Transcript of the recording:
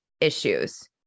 issues